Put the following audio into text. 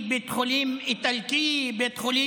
למרות שאנחנו העברנו לה את החוק.